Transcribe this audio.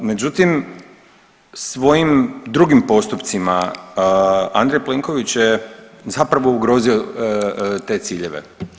Međutim, svojim drugim postupcima Andrej Plenković je zapravo ugrozio te ciljeve.